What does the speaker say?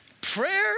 prayer